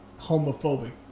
homophobic